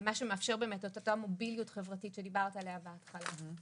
- מה שמאפשר באמת את אותה המוביליות החברתית שדיברת עליה בתחילת הדיון,